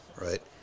right